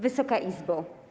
Wysoka Izbo!